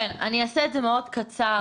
אעשה את זה מאוד קצר,